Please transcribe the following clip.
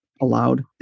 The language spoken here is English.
Allowed